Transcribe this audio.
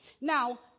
Now